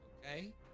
Okay